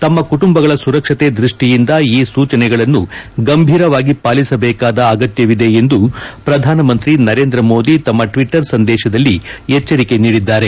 ತಮ್ನ ಕುಟುಂಬಗಳ ಸುರಕ್ಷತೆ ದೃಷ್ಠಿಯಿಂದ ಈ ಸೂಚನೆಗಳನ್ನು ಗಂಭೀರವಾಗಿ ಪಾಲಿಸಬೇಕಾದ ಅಗತ್ಯವಿದೆ ಎಂದು ಪ್ರಧಾನಮಂತ್ರಿ ನರೇಂದ್ರ ಮೋದಿ ತಮ್ನ ಟ್ವಿಟರ್ ಸಂದೇಶದಲ್ಲಿ ಎಚ್ಲರಿಕೆ ನೀಡಿದ್ದಾರೆ